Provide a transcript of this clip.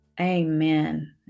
Amen